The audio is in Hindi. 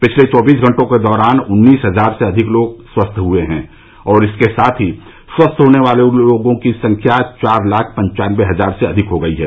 पिछले चौबीस घंटों के दौरान उन्नीस हजार से अधिक लोग स्वस्थ हुए हैं और इसके साथ ही स्वस्थ होने वाले लोगों की संख्या चार लाख पन्चानबे हजार से अधिक हो गई है